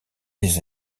les